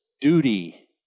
duty